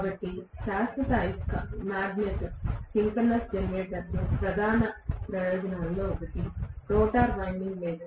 కాబట్టి శాశ్వత magnet synchronous జనరేటర్లు ప్రధాన ప్రయోజనాల్లో ఒకటి రోటర్లో వైండింగ్ లేదు